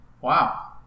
Wow